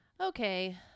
Okay